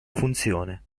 funzione